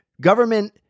government